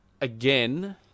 again